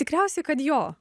tikriausiai kad jo